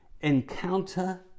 encounter